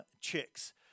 chicks